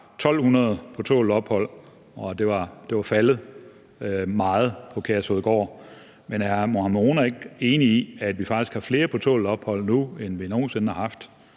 1.200 på tålt ophold, og at det var faldet meget på Kærshovedgård. Men er hr. Mohammad Rona ikke enig i, at vi faktisk har flere på tålt ophold nu, end vi nogensinde har haft?